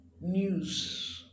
news